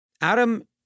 Adam